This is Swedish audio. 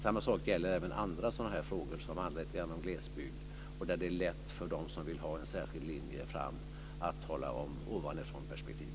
Samma sak gäller även andra frågor som handlar lite grann om glesbygd och där det är lätt för dem som vill ha en särskild linje att tala om ovanifrånperspektiv.